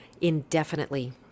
indefinitely